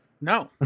No